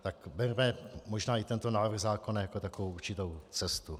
Tak berme možná i tento návrh zákona jako takovou určitou cestu.